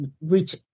reach